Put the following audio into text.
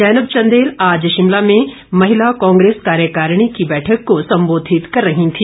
जैनब चंदेल आज शिमला में महिला कांग्रेस कार्यकारिणी की बैठक को संबोधित कर रही थी